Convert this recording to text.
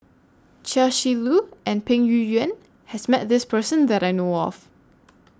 Chia Shi Lu and Peng Yuyun has Met This Person that I know of